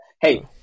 hey